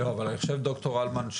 אבל אני חושב ד"ר הלמן,